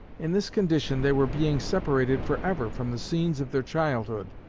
in this condition they were being separated forever from the scenes of their childhood,